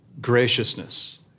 graciousness